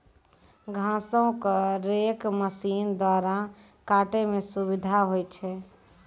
घासो क रेक मसीन द्वारा काटै म सुविधा होय छै